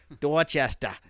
Dorchester